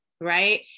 right